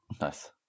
Nice